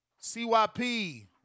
CYP